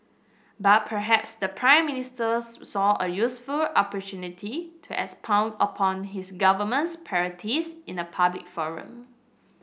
but perhaps the Prime Minister saw a useful opportunity to expound upon his government's priorities in a public forum